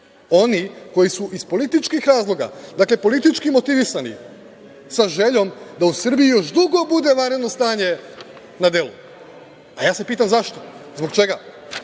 oni koji su iz političkih razloga, dakle, politički motivisani, sa željom da u Srbiji još dugo bude vanredno stanje na delu. A ja se pitam zašto, zbog čega?